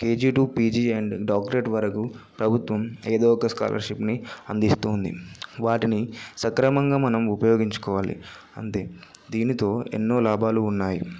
KG to PG and doctorate వరకు ప్రభుత్వం ఏదో ఒక స్కాలర్షిప్ని అందిస్తూ ఉంది వాటిని సక్రమంగా మనం ఉపయోగించుకోవాలి అంతే దీనితో ఎన్నో లాభాలు ఉన్నాయి